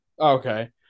Okay